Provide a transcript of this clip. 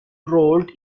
rolled